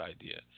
idea